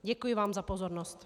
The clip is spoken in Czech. Děkuji vám za pozornost.